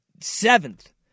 seventh